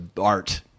art